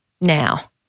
now